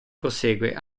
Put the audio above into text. prosegue